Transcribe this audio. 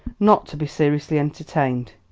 not to be seriously entertained,